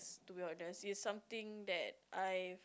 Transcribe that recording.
to be honest it's something that I